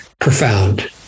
profound